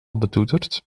betoeterd